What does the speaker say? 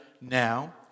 now